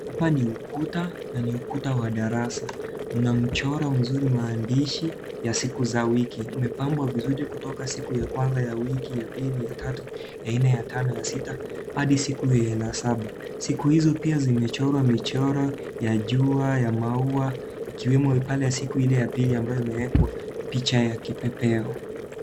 Hapa ni ukuta na ni ukuta wa darasa, mna mchoro mzuri maandishi ya siku za wiki. Imepambwa vizuri kutoka siku ya kwanza ya wiki ya kwanza, ya pili, ya nne, ya tano, ya sita hadi siku ya saba. Siku hizo pia zimechorwa michoro ya jua ya maua ikiwemo siku ile ya pili ambayo imewekwa picha ya kipepeo.